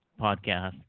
podcast